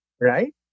right